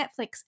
Netflix